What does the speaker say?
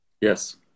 Yes